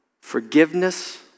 forgiveness